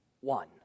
one